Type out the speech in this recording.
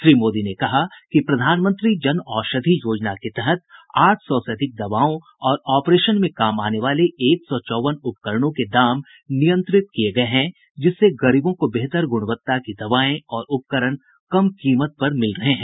श्री मोदी ने कहा कि प्रधानमंत्री जन औषधि योजना के तहत आठ सौ से अधिक दवाओं और ऑपरेशन में काम आने वाले एक सौ चौवन उपकरणों के दाम नियंत्रित किये गये हैं जिससे गरीबों को बेहतर गुणवत्ता की दवाएं और उपकरण कम कीमत पर मिल रहे हैं